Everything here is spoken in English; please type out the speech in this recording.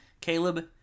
Caleb